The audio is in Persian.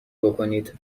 بکنید